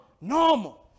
normal